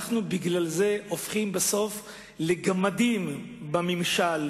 בגלל זה אנחנו הופכים בסוף לגמדים בממשל,